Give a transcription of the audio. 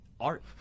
art